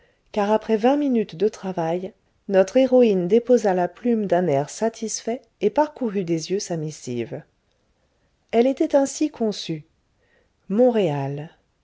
car après vingt minutas de travail notre héroïne déposa la plume d'un air satisfait et parcourut des yeux sa missive elle était ainsi conçue montréal